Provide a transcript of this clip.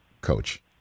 coach